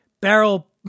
Barrel